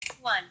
One